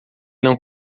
não